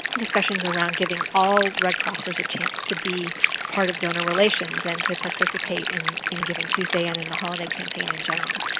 discussions around giving all red crossers a chance to be part of donor relations and to participate in in givingtuesday and in the holiday campaign in general.